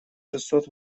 шестьсот